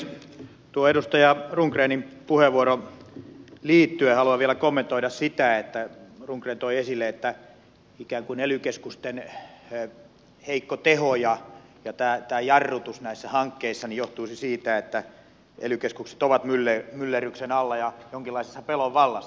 tuohon edustaja rundgrenin puheenvuoroon liittyen haluan vielä kommentoida sitä mitä rundgren toi esille että ikään kuin ely keskusten heikko teho ja tämä jarrutus näissä hankkeissa johtuisi siitä että ely keskukset ovat myllerryksen alla ja jonkinlaisessa pelon vallassa